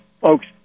folks